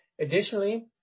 Additionally